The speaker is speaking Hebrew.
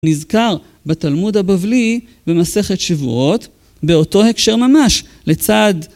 נזכר בתלמוד הבבלי במסכת שבועות באותו הקשר ממש לצד.